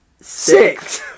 Six